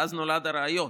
ואז נולד הרעיון.